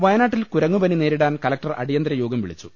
വയനാട്ടിൽ കുരങ്ങുപനി നേരിടാൻ കലക്ടർ അടിയന്തര യോഗം വിളിച്ചു